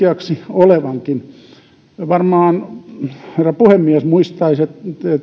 olevankin varmaan herra puhemies muistaisi